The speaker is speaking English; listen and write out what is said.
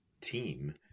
team